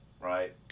right